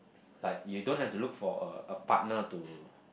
like you don't have to look for a a partner to